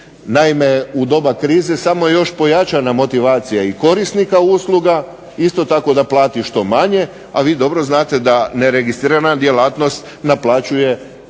Naime, u doba krize samo je još pojačana motivacija i korisnika usluga isto tako da plati što manje, a vi dobro znate da neregistrirana djelatnost naplaćuje